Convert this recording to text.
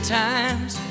times